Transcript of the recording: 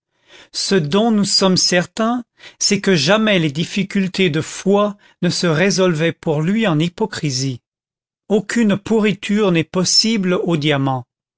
ce dont nous sommes certain c'est que jamais les difficultés de foi ne se résolvaient pour lui en hypocrisie aucune pourriture n'est possible au diamant